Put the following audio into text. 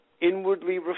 inwardly